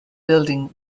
building